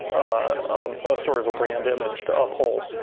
a sort of a brand image to uphold.